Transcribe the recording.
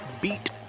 beat